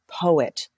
poet